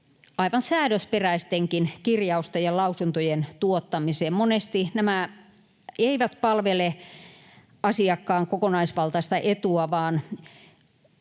aivan säädösperäistenkin, kirjausten ja lausuntojen tuottamiseen. Monesti nämä eivät palvele asiakkaan kokonaisvaltaista etua,